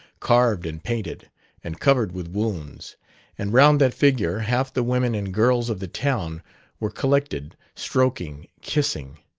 carved and painted and covered with wounds and round that figure half the women and girls of the town were collected, stroking, kissing.